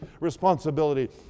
responsibility